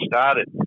started